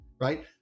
right